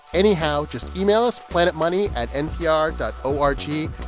anyhow. just email us planetmoney at npr dot o r g.